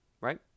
Right